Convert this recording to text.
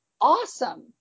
awesome